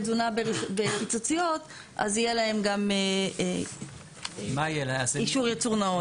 תזונה בפיצוציות אז יהיה להם גם אישור ייצור נאות.